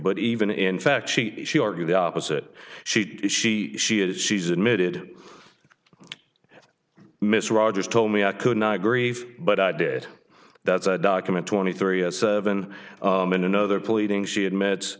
but even in fact sheet she argued the opposite she she she is she's admitted miss rogers told me i could not grieve but i did that's a document twenty three has been been another pleading she admits